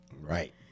Right